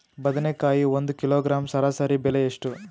ಬದನೆಕಾಯಿ ಒಂದು ಕಿಲೋಗ್ರಾಂ ಸರಾಸರಿ ಬೆಲೆ ಎಷ್ಟು?